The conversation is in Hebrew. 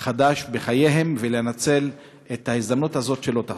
חדש בחייהם, לנצל את ההזדמנות הזאת, שלא תחזור.